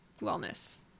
wellness